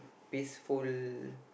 peaceful